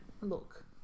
look